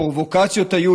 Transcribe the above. הפרובוקציות היו,